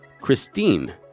Christine